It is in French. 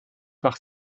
par